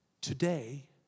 today